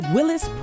Willis